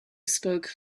spoke